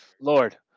Lord